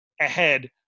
ahead